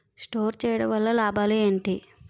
Store చేయడం వల్ల లాభాలు ఏంటి?